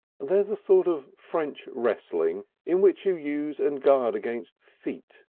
there's a sort of french wrestling in which you use and guard against feet.